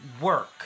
work